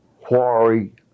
quarry